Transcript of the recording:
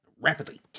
rapidly